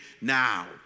now